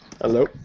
Hello